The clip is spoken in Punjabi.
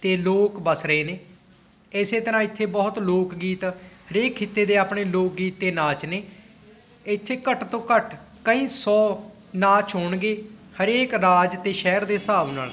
ਅਤੇ ਲੋਕ ਵੱਸ ਰਹੇ ਨੇ ਇਸੇ ਤਰ੍ਹਾਂ ਇੱਥੇ ਬਹੁਤ ਲੋਕ ਗੀਤ ਹਰੇਕ ਖਿੱਤੇ ਦੇ ਆਪਣੇ ਲੋਕ ਗੀਤ ਅਤੇ ਨਾਚ ਨੇ ਇੱਥੇ ਘੱਟ ਤੋਂ ਘੱਟ ਕਈ ਸੌ ਨਾਚ ਹੋਣਗੇ ਹਰੇਕ ਰਾਜ ਅਤੇ ਸ਼ਹਿਰ ਦੇ ਹਿਸਾਬ ਨਾਲ